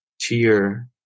tier